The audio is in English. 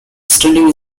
standing